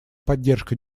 поддержка